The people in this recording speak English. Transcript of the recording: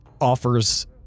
offers